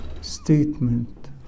statement